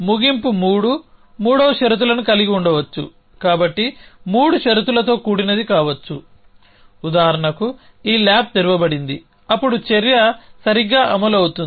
ముగింపు 3 3 షరతులను కలిగి ఉండవచ్చు కాబట్టి 3 షరతులతో కూడినది కావచ్చు ఉదాహరణకు ఈ ల్యాబ్ తెరవబడింది అప్పుడు చర్య సరిగ్గా అమలు అవుతుంది